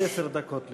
עד עשר דקות לרשותך,